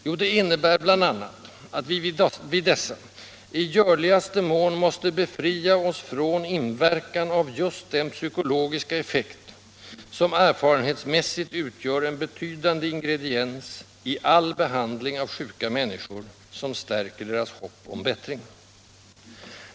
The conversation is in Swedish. Jo, det innebär bl.a. att vi vid dessa i görligaste mån måste befria oss från inverkan av just den psykologiska effekt, som erfarenhetsmässigt utgör en betydande ingrediens i all behandling av sjuka människor, som stärker deras hopp om bättring.